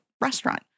restaurant